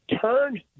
turn